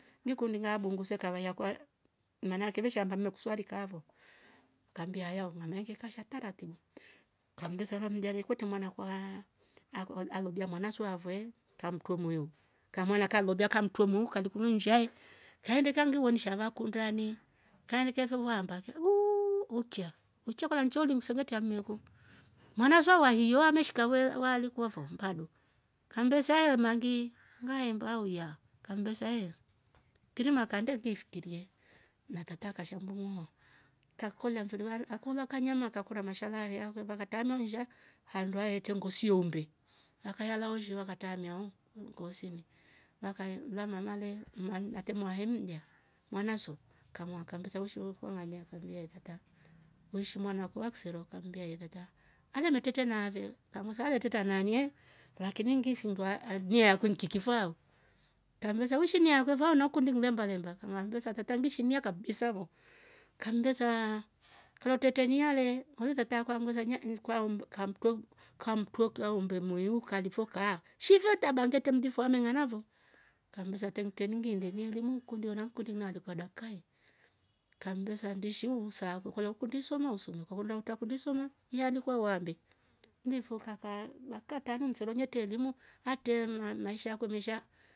Niko mninga bunguse kawaia kwa ehh maan ake veshamba hamna kuswali kavo kambia yao maana kashata ratibu kambisa romjaje kwete mwana kwaa ako alolia mwana swavee kamtumuyu kamwana kalolia kamtwemu kalikun njiai kaende kanlu wonisha vaa kun ndani kaeni kaa vuu waa mpaka wuuuu ucha. ucha kwalanchalo msengetia mmeku maana zowa hiawa meshika we walikuwavo mbado kambezaya mangi maemba huya kambesa ehh tirima kande ngi fikirie na tata kashambungo kakolia mfiri waal akola kanyama kakora mashala riao wevakatamia msha handua hete ngosiombe akayala ushuzwa katamia ho mkooseni wakale mla mamale mwalmi akemwa hemja mwanaso kamuamba aakambisa hushurkua vanya kaambie hata weiishi mwana kuwakse sora kambia yetata alemerteta nave kamuuza aleteta nanye wakinyingi ngishindwa alje alku nkikifao tambua weshinia kweva naoko ndimv mvemba lemba thambe saa tate ngisha nia kabisa voo kambesaa kuatetenia ale olezeta takwanguza nye nk'waumbu kamtoum kamtwoka umbe mwiluka kadifyo kaa shivo ntabangete mdifwa amenganavo kambesa temteningi ile ninglomo kundyo na mkundi nalikwa dakkae kambesa ndishu uuzavo kwa hio ukindo sonoso mvukwavolota kundi soma yalukwa wambe nifu kaka nakatam msero nyeto limo hate ma mma maisha ako mesha